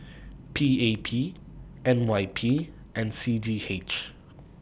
PAP NYP and CGH